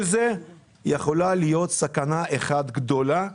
כל זה יכול להיות תחת סכנה אחת גדולה,